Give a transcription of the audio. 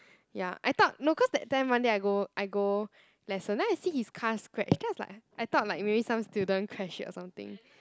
ya I thought no cause that time one day I go I go lesson then I see his car scratch then I was like I thought like maybe some student crash it or something